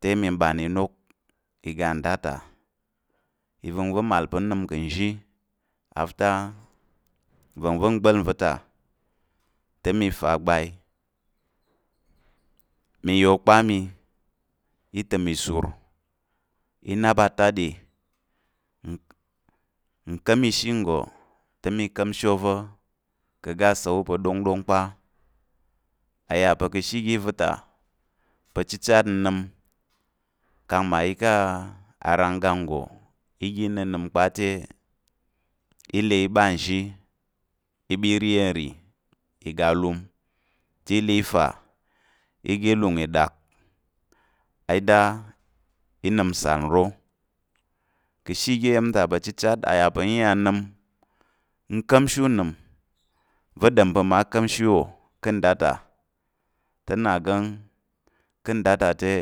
te mi ɓan inok iga nda ta ivəngva̱ mal pa̱ n nəm ka̱ nzhi after nvəngva̱ n gba̱l va̱ ta, te mi fa agbwai mi ya okpa mi i təm ìsu i nnáp ataɗi nka̱mshi nggo te mi ka̱mshi ova̱ ka̱ oga asa̱l- wu pa̱ ɗóngɗóng kpa, a yà pa̱ ka̱ ashe oga iva̱ ta pa̱ chichat n nəm kang mmayi ká̱ aranggang nggo i ga i nənəm kpa te, i le i ɓa nzhi i ɓa i ri iya̱m nri iga alum i le i fa i ga lung iɗak ida i nəm nsal nro ka̱ ashe oga iya̱m ta pa̱ chichat niya n nəm n ka̱mshi unəm va̱ ɗom pa̱ mma ka̱mshi wò ka nda ta inagan nda ta te